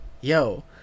yo